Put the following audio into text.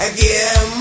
Again